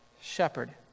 shepherd